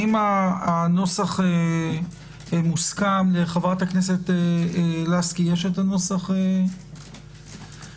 אם הנוסח מוסכם לחברת הכנסת לסקי יש הנוסח המשולב?